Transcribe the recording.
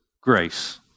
grace